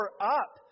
up